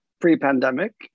pre-pandemic